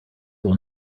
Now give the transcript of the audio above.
will